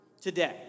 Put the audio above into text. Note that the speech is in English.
today